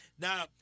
Now